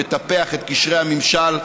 מטפח את קשרי הממשל,